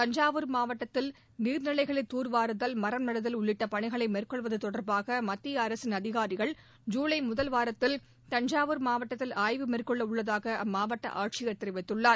தஞ்சாவூர் மாவட்டத்தில் நீர்நிலைகளை தூர்வாருதல் மரம் நடுதல் உள்ளிட்ட பணிகளை மேற்கொள்வது தொடர்பாக மத்திய அரசின் அதிகாரிகள் ஜூலை முதல் வாரத்தில் தஞ்சாவூர் மாவட்டத்தில் ஆய்வு மேற்கொள்ள உள்ளதாக அம்மாவட்ட ஆட்சியர் தெரிவித்துள்ளார்